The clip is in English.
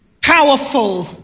powerful